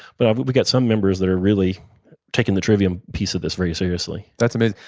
but but we've got some members that are really taking the trivium piece of this very seriously that's amazing.